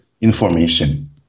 information